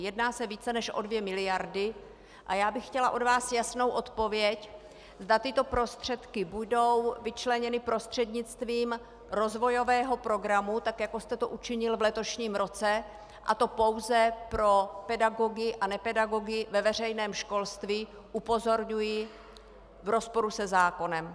Jedná se o více než 2 mld. a já bych chtěla od vás jasnou odpověď, zda tyto prostředky budou vyčleněny prostřednictvím rozvojového programu tak, jako jste to učinil v letošním roce, a to pouze pro pedagogy a nepedagogy ve veřejném školství, upozorňuji v rozporu se zákonem.